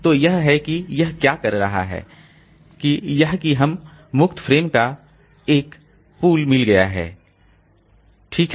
तो यह है कि यह क्या कर रहा है कि यह है कि हम मुक्त फ़्रेम का एक पूल मिल गया ठीक है